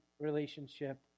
relationship